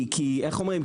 כי איך אומרים,